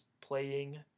playing